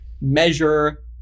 measure